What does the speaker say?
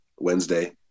Wednesday